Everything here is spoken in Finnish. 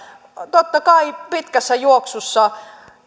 totta kai pitkässä juoksussa